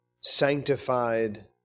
sanctified